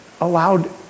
allowed